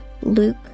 luke